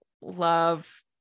love